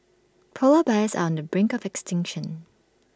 Polar Bears are on the brink of extinction